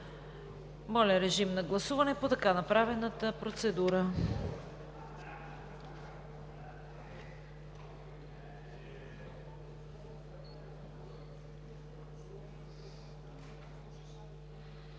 Моля, режим на гласуване по направената процедура.